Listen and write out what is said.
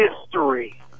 history